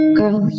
girl